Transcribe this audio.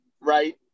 right